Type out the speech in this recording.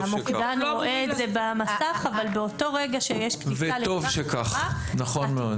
המוקדן רואה את זה במסך אבל באותו רגע שיש כניסה לטווח אזהרה,